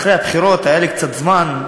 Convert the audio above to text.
אחרי הבחירות היה לי קצת זמן,